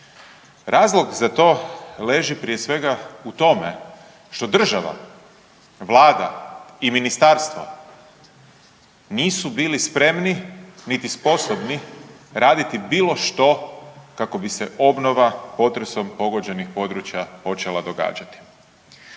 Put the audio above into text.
Razlog za to leži prije svega u tome što država vlada i ministarstvo nisu bili spremni niti sposobni raditi bilo što kako bi se obnova potresom pogođenih područja počela događati